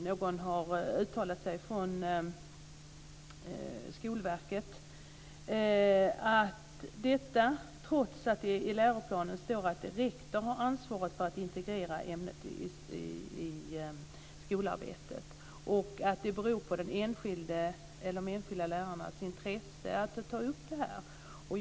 Någon från Skolverket har uttalat att trots att det i läroplanen står att rektor har ansvaret för att integrera ämnet i skolarbetet, beror det på de enskilda lärarnas intresse om frågorna tas upp.